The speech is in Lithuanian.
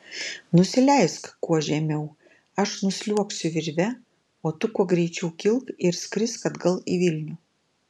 nusileisk kuo žemiau aš nusliuogsiu virve o tu kuo greičiau kilk ir skrisk atgal į vilnių